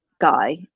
guy